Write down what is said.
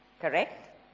Correct